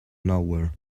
nowhere